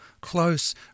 close